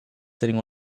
sitting